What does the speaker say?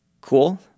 cool